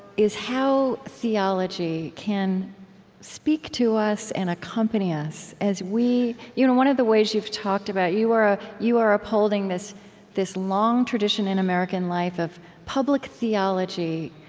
is how theology can speak to us and accompany us as we you know one of the ways you've talked about you are ah you are upholding this this long tradition in american life of public theology.